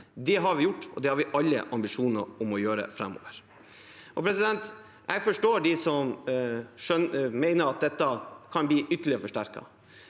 Det har vi gjort, og det har vi alle ambisjoner om å gjøre framover. Jeg forstår dem som mener at dette kan bli ytterligere forsterket,